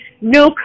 No